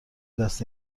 دست